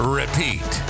repeat